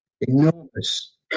enormous